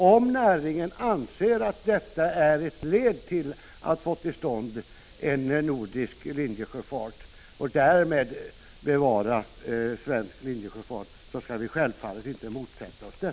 Om näringen däremot anser att detta är ett led i strävan att få till stånd en nordisk linjesjöfart och därmed bevara svensk linjesjöfart skall vi självfallet inte motsätta oss det.